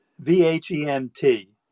V-H-E-M-T